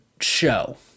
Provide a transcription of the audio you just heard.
show